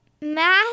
math